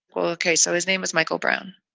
ok. so his name was michael brown.